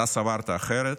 אתה סברת אחרת,